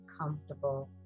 comfortable